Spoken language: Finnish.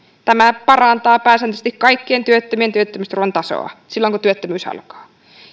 tämä parantaa pääsääntöisesti kaikkien työttömien työttömyysturvan tasoa silloin kun työttömyys alkaa